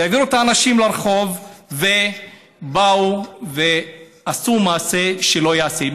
העבירו את האנשים לרחוב ובאו ועשו מעשה שלא ייעשה.